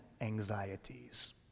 anxieties